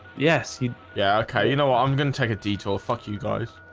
yes you yeah. okay, you know, i'm gonna take a detour fuck you guys